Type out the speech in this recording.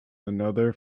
another